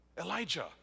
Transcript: Elijah